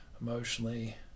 emotionally